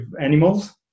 animals